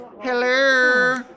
Hello